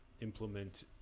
implement